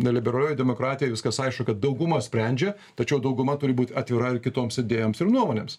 neoliberalioj demokratijoj viskas aišku kad dauguma sprendžia tačiau dauguma turi būt atvira ir kitoms idėjoms ir nuomonėms